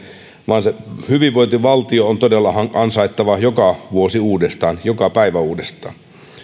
vaan se hyvinvointivaltio on todella ansaittava joka vuosi uudestaan joka päivä uudestaan